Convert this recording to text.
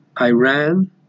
Iran